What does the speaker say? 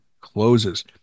closes